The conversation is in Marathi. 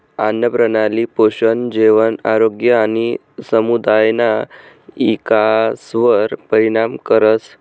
आन्नप्रणाली पोषण, जेवण, आरोग्य आणि समुदायना इकासवर परिणाम करस